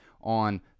on